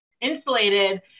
insulated